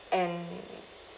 and